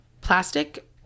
plastic